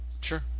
Sure